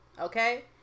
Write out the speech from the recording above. Okay